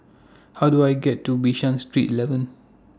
How Do I get to Bishan Street eleven